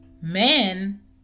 men